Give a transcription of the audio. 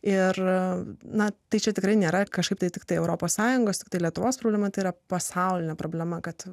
ir na tai čia tikrai nėra kažkaip tai tiktai europos sąjungos tai lietuvos problema tai yra pasaulinė problema kad